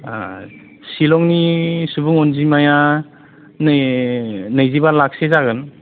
सिलंनि सुबुं अनजिमाया नै नैजिबा लाखसो जागोन